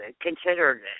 considered